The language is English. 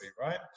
right